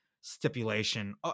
stipulation